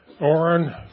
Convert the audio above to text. Oren